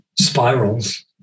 spirals